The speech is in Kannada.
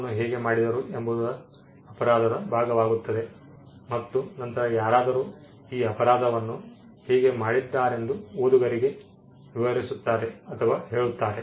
ಅಪರಾಧವನ್ನು ಹೇಗೆ ಮಾಡಿದರು ಎಂಬುದು ಅಪರಾಧದ ಭಾಗವಾಗುತ್ತದೆ ಮತ್ತು ನಂತರ ಯಾರಾದರೂ ಈ ಅಪರಾಧವನ್ನು ಹೇಗೆ ಮಾಡಿದ್ದಾರೆಂದು ಓದುಗರಿಗೆ ವಿವರಿಸುತ್ತಾರೆ ಅಥವಾ ಹೇಳುತ್ತಾರೆ